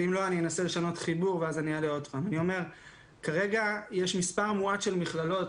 אני אומר שכרגע יש מספר מועט של מכללות,